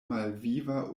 malviva